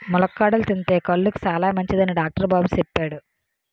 ములక్కాడలు తింతే కళ్ళుకి సాలమంచిదని డాక్టరు బాబు సెప్పాడు